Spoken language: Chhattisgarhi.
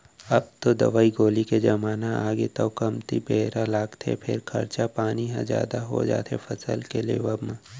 अब तो दवई गोली के जमाना आगे तौ कमती बेरा लागथे फेर खरचा पानी ह जादा हो जाथे फसल के लेवब म